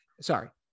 sorry